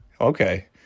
Okay